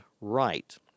right